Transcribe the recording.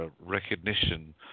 recognition